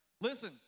Listen